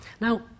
Now